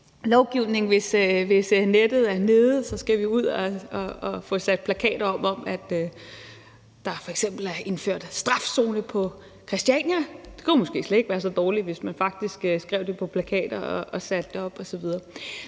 Hvis nettet er nede, skal vi ud at sætte plakater op om, at der f.eks. er indført strafzone på Christiania. Det ville måske slet ikke være så dårligt, hvis man faktisk skrev det på plakater og satte det op osv.